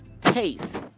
taste